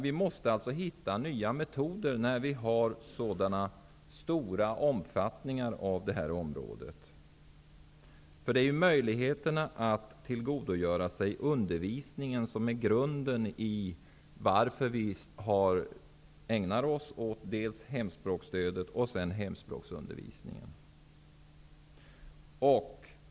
Vi måste alltså hitta nya metoder, när det här området har så stor omfattning. Det är möjligheten att tillgodogöra sig undervisningen som är grunden i verksamheten med dels hemspråksstöd, dels hemspråksundervisning.